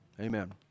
Amen